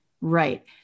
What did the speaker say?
right